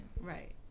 Right